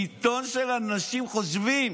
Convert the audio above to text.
עיתון של אנשים חושבים.